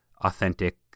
authentic